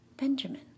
Benjamin